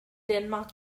denmark